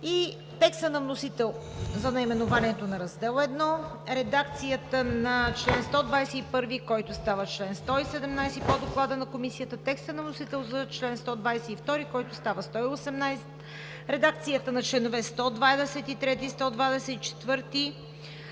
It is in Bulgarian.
текста на вносителя за наименованието на Раздел I; редакцията на чл. 121, който става чл. 117 по Доклада на Комисията; текста на вносителя за чл. 122, който става 118; редакцията на членове 123, 124,